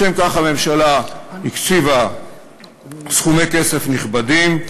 לשם כך הממשלה הקציבה סכומי כסף נכבדים,